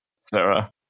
Sarah